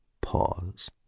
Pause